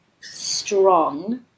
Strong